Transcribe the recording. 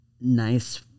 nice